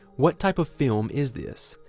what type of film is this?